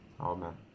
Amen